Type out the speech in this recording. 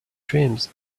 dreams